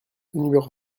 numéro